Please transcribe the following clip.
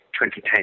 2010